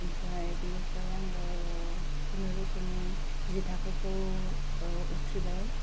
आमफ्राय बिनिफ्राय आङो खुनुरुखुम जि थाखोखौ ओह उथ्रिबाय